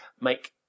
make